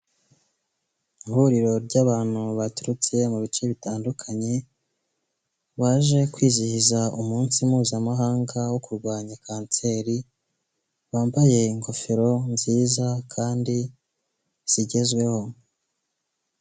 ihuriro ry'abantu baturutse mu bice bitandukanye, baje kwizihiza umunsi mpuzamahanga wo kurwanya kanseri, bambaye ingofero nziza kandi zigezweho.